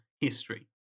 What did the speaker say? history